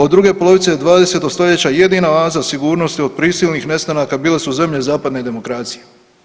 Od druge polovice 20. stoljeća jedina oaza sigurnosti od prisilnih nestanaka bile su zemlje zapadne demokracije.